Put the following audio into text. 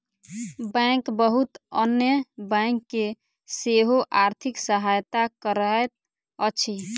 bank बहुत अन्य bank के सेहो आर्थिक सहायता करैत अछि